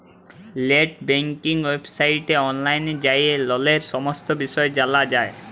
late banking ওয়েবসাইটে অললাইল যাঁয়ে ললের সমস্ত বিষয় জালা যায়